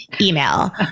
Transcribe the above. email